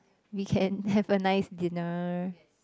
we can have a nice dinner